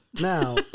Now